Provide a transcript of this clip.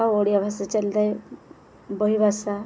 ଆଉ ଓଡ଼ିଆ ଭାଷା ଚାଲିଥାଏ ବହି ଭାଷା